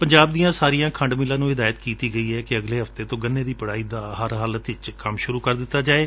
ਪੰਜਾਬ ਦੀਆਂ ਸਾਰੀਆਂ ਖੰਡ ਮਿੱਲਾਂ ਨੂੰ ਹਦਾਇਤ ਕੀਤੀ ਗਈ ਏ ਕਿ ਅਗਲੇ ਹਫ਼ਤੇ ਤੋਂ ਗੰਨੇ ਦੀ ਪਿੜਾਈ ਹਰ ਹਾਲਤ ਚ ਸ਼ੁਰੁ ਕਰ ਦਿੱਤੀ ਜਾਵੇ